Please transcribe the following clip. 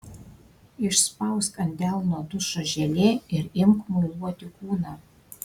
išspausk ant delno dušo želė ir imk muiluoti kūną